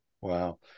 Wow